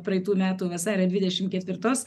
praeitų metų vasario dvidešim ketvirtos